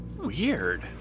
Weird